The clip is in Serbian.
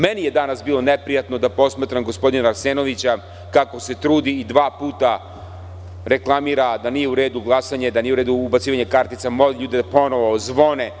Meni je danas bilo neprijatno da posmatram gospodina Arsenovića kako se trudi i dva puta reklamira da nije u redu glasanje, da nije u redu ubacivanje kartica, moli ljude da ponovo zvone.